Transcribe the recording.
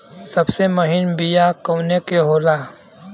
सबसे महीन बिया कवने के होला?